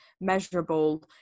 measurable